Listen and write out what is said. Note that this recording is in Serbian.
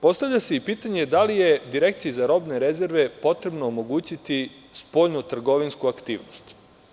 Postavlja se i pitanje – da li je Direkciji za robne rezerve potrebno omogućiti spoljno-trgovinsku aktivnost?